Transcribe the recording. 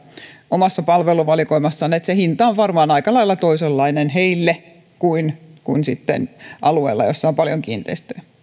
omassa palveluvalikoimassaan että hinta on varmaan aika lailla toisenlainen heille kuin kuin sitten alueilla joilla on paljon kiinteistöjä